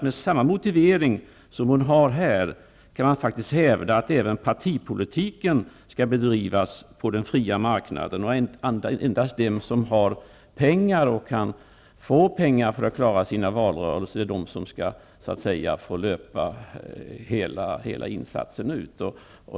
Med den motivering som hon här framfört kan man faktiskt hävda att även partipolitiken skall bedrivas på den fria marknaden och att endast den som har pengar och kan få pengar för att klara sina valrörelser skall få löpa hela linan ut.